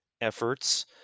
efforts